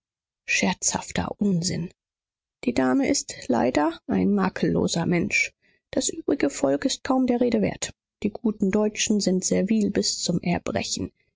scherzhafter unsinn die dame ist leider ein makelloser mensch das übrige volk ist kaum der rede wert die guten deutschen sind servil bis zum erbrechen